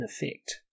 effect